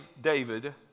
David